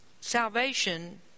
salvation